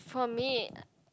for me